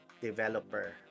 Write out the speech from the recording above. developer